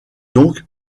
donc